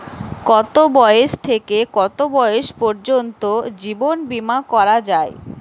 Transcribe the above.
কতো বয়স থেকে কত বয়স পর্যন্ত জীবন বিমা করা যায়?